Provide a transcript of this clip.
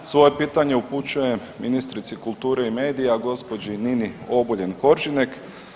Svoje pitanje upućujem ministrici kulture i medija gospođi Nini Obuljen Koržinek.